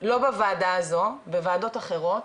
לא בוועדה הזו, בוועדות אחרות